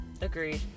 Agreed